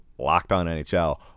LOCKEDONNHL